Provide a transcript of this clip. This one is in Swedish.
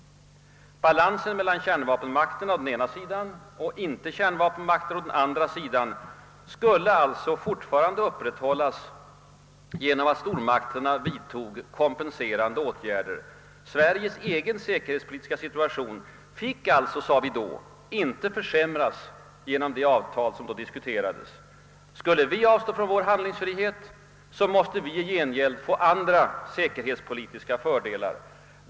Balansen mellan kärnvapenmakterna å den ena sidan och icke kärnvapenmakter å den andra skulle alltså fortfarande upprätthållas genom att stormakterna vidtog kompenserande åtgärder. Sveriges egen säkerhetspolitiska situation fick alltså, sade vi då, inte försämras genom det avtal som då diskuterades. Skulle vi avstå från vår handlingsfrihet, måste vi i gengäld få andra säkerhetspolitiska fördelar.